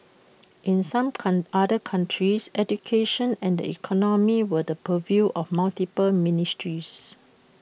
in some come other countries education and the economy were the purview of multiple ministries